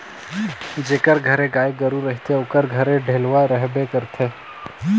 जेकर घरे गाय गरू रहथे ओकर घरे डेलवा रहबे करथे